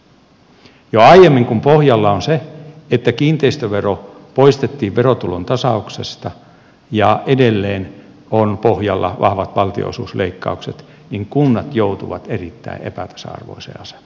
kun jo aiemmin pohjalla on se että kiinteistövero poistettiin verotulon tasauksesta ja edelleen on pohjalla vahvat valtionosuusleikkaukset niin kunnat joutuvat erittäin epätasa arvoiseen asemaan